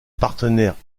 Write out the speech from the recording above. partenaire